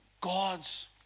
God's